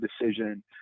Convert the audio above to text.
decision